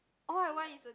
all I want is the